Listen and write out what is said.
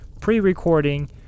pre-recording